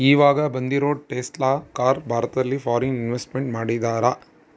ಈವಾಗ ಬಂದಿರೋ Tesla car ಭಾರತದಲ್ಲಿ ಫಾರಿನ್ ಇನ್ವೆಸ್ಟ್ಮೆಂಟ್ ಮಾಡಿದರಾ